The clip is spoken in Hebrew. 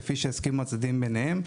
כפי שהסכימו הצדדים ביניהם.